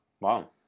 wow